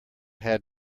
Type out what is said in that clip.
had